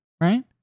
Right